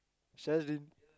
she has been